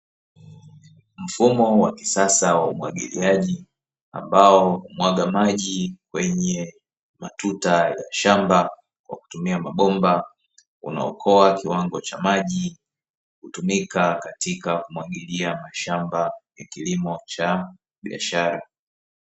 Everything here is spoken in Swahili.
Mfumo wa kisasa wa wachezaji ambao mwaga maji kwenye matuta ya shamba kwa kutumia mabomba, unaokoa kiwango cha maji kutumika katika mwagilia mashamba ya kilimo cha biashara.